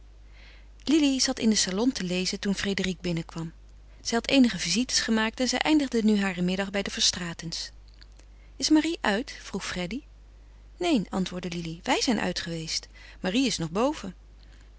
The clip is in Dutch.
lili zat in den salon te lezen toen frédérique binnen kwam zij had eenige visites gemaakt en zij eindigde nu haren middag bij de verstraetens is marie uit vroeg freddy neen antwoordde lili wij zijn uit geweest marie is nog boven